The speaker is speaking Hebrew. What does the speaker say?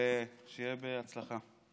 ושיהיה בהצלחה.